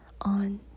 on